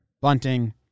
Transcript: bunting –